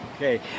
Okay